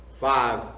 five